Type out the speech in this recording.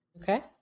Okay